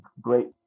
great